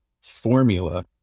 formula